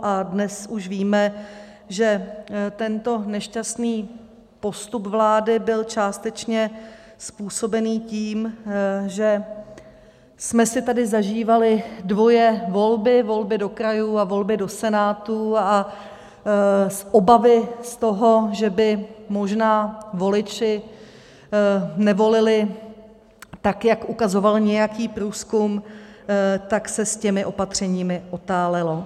A dnes už víme, že tento nešťastný postup vlády byl částečně způsobený tím, že jsme si tady zažívali dvoje volby, volby do krajů a volby do Senátu, a obavy z toho, že by možná voliči nevolili tak, jak ukazoval nějaký průzkum, tak se s těmi opatřeními otálelo.